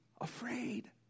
afraid